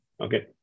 okay